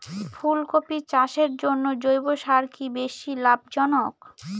ফুলকপি চাষের জন্য জৈব সার কি বেশী লাভজনক?